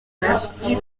bazwi